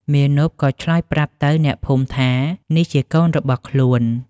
មាណពក៏ឆ្លើយប្រាប់ទៅអ្នកភូមិថា នេះជាកូនរបស់ខ្លួន។